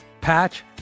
patch